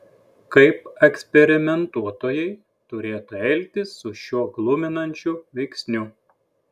kaip eksperimentuotojai turėtų elgtis su šiuo gluminančiu veiksniu